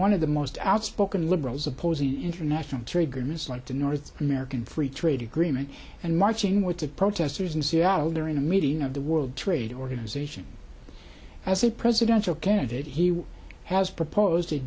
one of the most outspoken liberals opposing international trade agreements like the north american free trade agreement and marching with the protesters in seattle during a meeting of the world trade organization as a presidential candidate he has proposed a